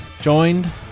Joined